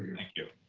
thank you.